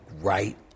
right